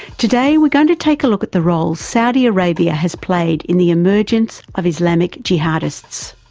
today we're going to take a look at the roles saudi arabia has played in the emergence of islamic jihadists.